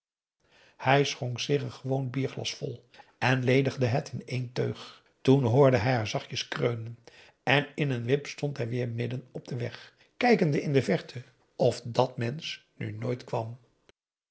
hij schonk zich een gewoon bierglas vol en ledigde het in één teug toen hoorde hij haar zachtjes kreunen en in een wip stond hij weêr midden op den weg kijkende in de verte of dat mensch nu nooit kwam